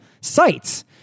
sites